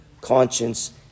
conscience